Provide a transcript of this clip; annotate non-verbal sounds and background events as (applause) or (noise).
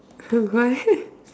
!huh! why (laughs)